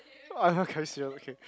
okay